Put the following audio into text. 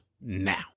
Now